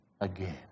again